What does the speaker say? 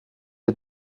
est